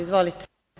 Izvolite.